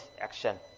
action